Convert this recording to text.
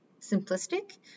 simplistic